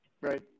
Right